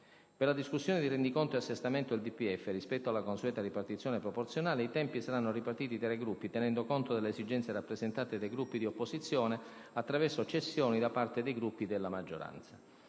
Per la discussione di rendiconto e assestamento e del DPEF, rispetto alla consueta ripartizione proporzionale, i tempi saranno ripartiti tra i Gruppi tenendo conto delle esigenze rappresentate dai Gruppi di opposizione, attraverso cessioni da parte dei Gruppi della maggioranza.